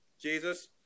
Jesus